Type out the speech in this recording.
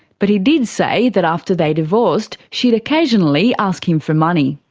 but he did say that after they divorced she'd occasionally ask him for money.